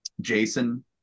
jason